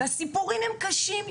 הסיפורים הם קשים.